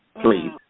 Please